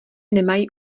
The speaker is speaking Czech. nemají